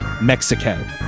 Mexico